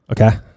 Okay